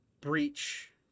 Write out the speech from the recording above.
breach